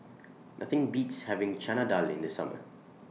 Nothing Beats having Chana Dal in The Summer